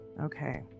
Okay